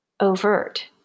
overt